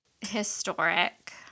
historic